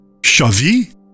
Shav'i